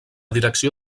direcció